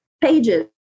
pages